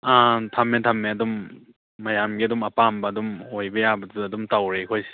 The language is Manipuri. ꯑꯥ ꯊꯝꯃꯦ ꯊꯝꯃꯦ ꯑꯗꯨꯝ ꯃꯌꯥꯝꯒꯤ ꯑꯗꯨꯝ ꯑꯄꯥꯝꯕ ꯑꯗꯨꯝ ꯑꯣꯏꯕ ꯌꯥꯕꯗꯨꯗ ꯑꯗꯨꯝ ꯇꯧꯔꯦ ꯑꯩꯈꯣꯏꯁꯦ